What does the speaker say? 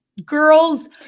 Girls